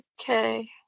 Okay